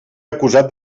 acusat